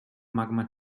magma